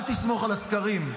אל תסמוך על הסקרים.